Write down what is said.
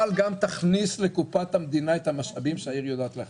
אבל גם תכניס לקופת המדינה את המשאבים שהעיר יודעת להכניס.